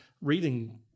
reading